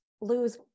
lose